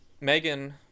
Megan